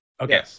okay